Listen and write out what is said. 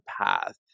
path